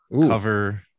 Cover